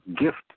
gift